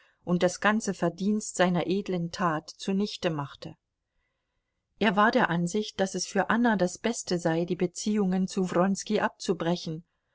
und das ganze verdienst seiner edlen tat zunichte machte er war der ansicht daß es für anna das beste sei die beziehungen zu wronski abzubrechen